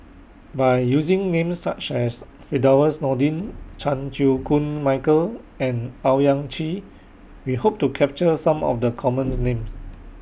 By using Names such as Firdaus Nordin Chan Chew Koon Michael and Owyang Chi We Hope to capture Some of The commons Names